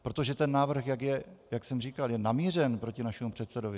Protože ten návrh, jak je, jak jsem říkal, je namířen proti našemu předsedovi.